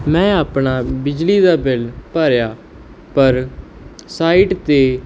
ਮੈਂ ਆਪਣਾ ਬਿਜਲੀ ਦਾ ਬਿੱਲ ਭਰਿਆ ਪਰ ਸਾਈਟ 'ਤੇ